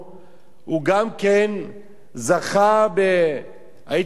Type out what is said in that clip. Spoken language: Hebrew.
הוא גם כן זכה, הייתי אומר,